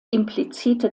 implizite